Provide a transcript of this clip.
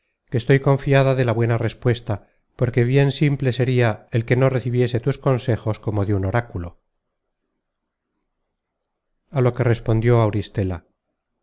que estoy confiada de la buena respuesta porque bien simple sería el que no recibiese tus consejos como de un oráculo content from google book search generated at a lo que respondió auristela